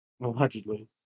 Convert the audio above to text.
Allegedly